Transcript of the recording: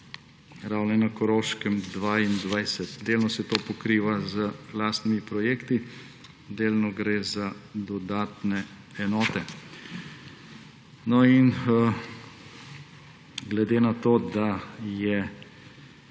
Ravne na Koroškem 22. Delno se to pokriva z lastnimi projekti, delno gre za dodatne enote. Glede na to, da je,